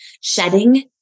shedding